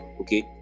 Okay